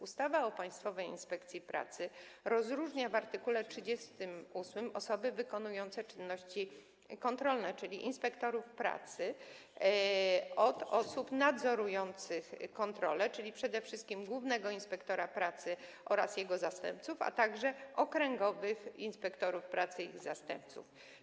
Ustawa o Państwowej Inspekcji Pracy rozróżnia w art. 38 osoby wykonujące czynności kontrolne, czyli inspektorów pracy, od osób nadzorujących kontrolę, czyli przede wszystkim głównego inspektora pracy oraz jego zastępców, a także okręgowych inspektorów pracy i ich zastępców.